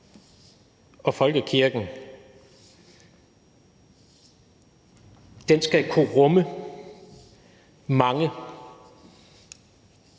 Folkekirken skal kunne rumme mange